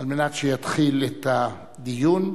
על מנת שיתחיל הדיון.